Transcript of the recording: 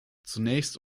zunächst